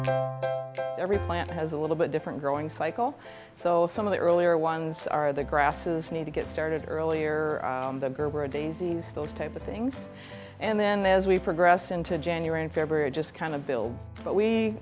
plant has a little bit different growing cycle so some of the earlier ones are the grasses need to get started earlier gerbera daisies those type of things and then as we progress into january and february just kind of builds but we